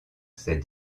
ses